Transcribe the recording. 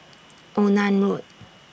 Onan Road